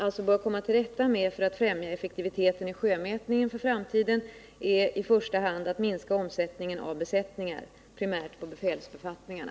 För att främja effektiviteten i sjömätningen för framtiden bör man alltså i första hand minska omsättningen av besättningar, primärt på befälsbefattningarna.